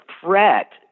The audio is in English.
threat